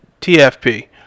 tfp